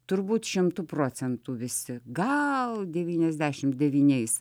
turbūt šimtu procentų visi gal devyniasdešimt devyniais